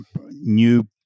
new